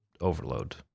overload